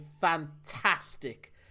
fantastic